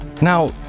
now